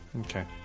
Okay